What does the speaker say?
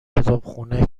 کتابخونه